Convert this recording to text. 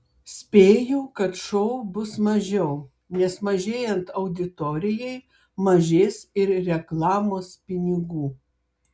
spėju kad šou bus mažiau nes mažėjant auditorijai mažės ir reklamos pinigų